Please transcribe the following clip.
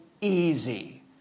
easy